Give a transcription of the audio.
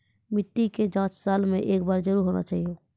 मिट्टी के जाँच सालों मे एक बार जरूर होना चाहियो?